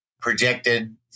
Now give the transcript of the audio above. projected